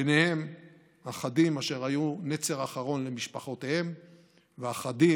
ובהם אחדים אשר היו נצר אחרון למשפחותיהם ואחדים